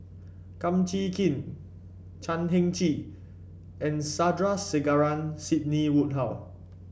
Kum Chee Kin Chan Heng Chee and Sandrasegaran Sidney Woodhull